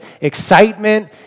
excitement